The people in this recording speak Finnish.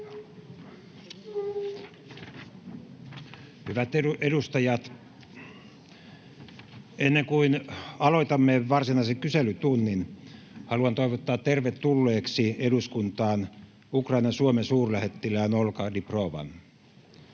Hyvät edustajat! Ennen kuin aloitamme varsinaisen kyselytunnin, haluan toivottaa tervetulleeksi eduskuntaan Ukrainan Suomen-suurlähettilään Olga Dibrovan.